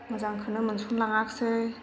मोजांखौनो मोनसनलाङासै